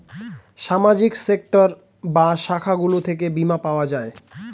সামাজিক সেক্টর বা শাখাগুলো থেকে বীমা পাওয়া যায়